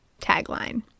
Tagline